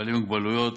בעלי מוגבלויות,